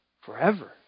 forever